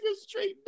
straight